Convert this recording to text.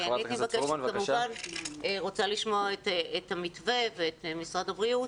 הייתי כמובן רוצה לשמוע את המתווה ואת משרד הבריאות